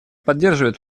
поддерживает